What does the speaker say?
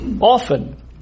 often